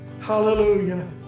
Hallelujah